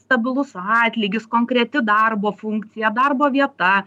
stabilus atlygis konkreti darbo funkcija darbo vieta